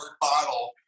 bottle